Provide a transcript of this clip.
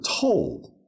told